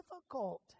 difficult